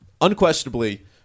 Unquestionably